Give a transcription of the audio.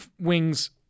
wings